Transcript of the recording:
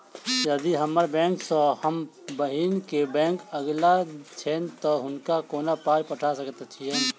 यदि हम्मर बैंक सँ हम बहिन केँ बैंक अगिला छैन तऽ हुनका कोना पाई पठा सकैत छीयैन?